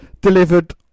delivered